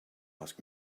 ask